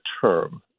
term